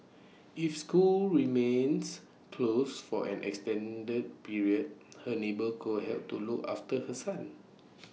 if schools remains close for an extended period her neighbour could help to look after her son